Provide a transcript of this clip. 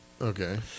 Okay